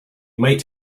might